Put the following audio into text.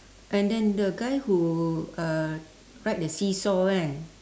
and then the guy who uh ride the seesaw kan